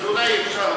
אז אולי אפשר,